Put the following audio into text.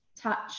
touch